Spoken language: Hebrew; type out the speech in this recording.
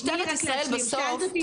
משטרת ישראל בסוף --- שאלת אותי שאלה,